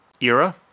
era